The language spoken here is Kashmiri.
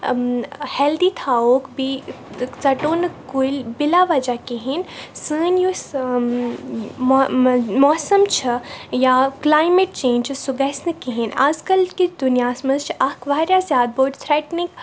ہیٚلدی تھاووکھ بیٚیہِ ژَٹو نہٕ کُلۍ بِلا وَجہ کِہیٖنۍ سٲنۍ یُس موسَم چھِ یا کٕلایمیٹ چینٛج چھِ سُہ گَژھِ نہٕ کِہیٖنۍ اَزکَل کہِ دُنیاہَس منٛز چھِ اَکھ واریاہ زیادٕ بٔڑ تھرٛیٚٹنِنٛگ